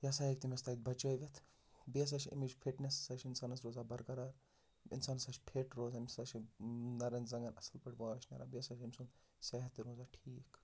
یہِ ہَسا ہیٚکہِ تٔمِس تَتہِ بَچٲوِتھ بیٚیہِ ہَسا چھِ اَمِچ فِٹنَس ہَسا چھِ اِنسانَس روزان بَرقَرار اِنسان ہَسا چھِ فِٹ روزان أمِس ہَسا چھِ نَرٮ۪ن زَنٛگَن اَصٕل پٲٹھۍ واش نیران بیٚیہِ ہَسا چھِ أمۍ سُنٛد صحت تہِ روزان ٹھیٖک